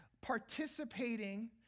participating